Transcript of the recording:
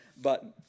button